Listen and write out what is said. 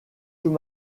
sous